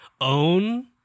own